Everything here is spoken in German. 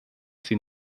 sie